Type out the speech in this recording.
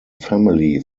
family